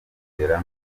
kugera